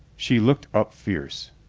she looked up fierce.